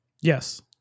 yes